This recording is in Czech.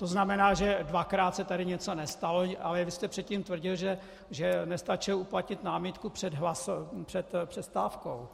To znamená, že dvakrát se tady něco nestalo, ale vy jste předtím tvrdil, že nestačil uplatnit námitku před přestávkou.